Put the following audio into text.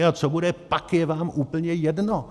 A co bude pak, je vám úplně jedno.